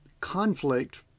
conflict